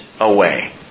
away